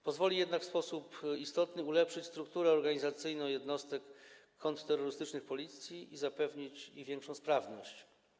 Pozwoli jednak w sposób istotny ulepszyć strukturę organizacyjną jednostek kontrterrorystycznych Policji i zapewnić im większą sprawność.